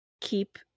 keep